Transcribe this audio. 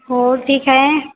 हो ठीक आहे